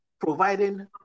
providing